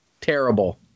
Terrible